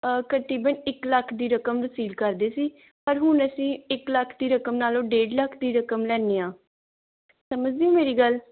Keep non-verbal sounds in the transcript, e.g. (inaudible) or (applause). (unintelligible) ਇੱਕ ਲੱਖ ਦੀ ਰਕਮ ਰਿਸੀਵ ਕਰਦੇ ਸੀ ਪਰ ਹੁਣ ਅਸੀਂ ਇੱਕ ਲੱਖ ਦੀ ਰਕਮ ਨਾਲੋਂ ਡੇਢ ਲੱਖ ਦੀ ਰਕਮ ਲੈਂਦੇ ਹਾਂ ਸਮਝਦੇ ਹੋ ਮੇਰੀ ਗੱਲ